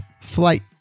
flight